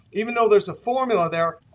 even though there's a formula there,